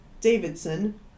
Davidson